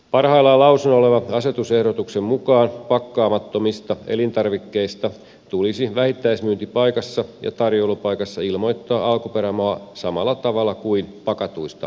parhaillaan lausunnoilla olevan asetusehdotuksen mukaan pakkaamattomista elintarvikkeista tulisi vähittäismyyntipaikassa ja tarjoilupaikassa ilmoittaa alkuperämaa samalla tavalla kuin pakatuista elintarvikkeista